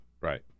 right